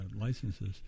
licenses